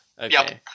Okay